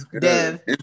Dev